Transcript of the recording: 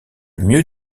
mieux